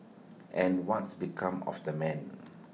and what's became of the man